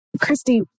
Christy